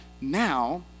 now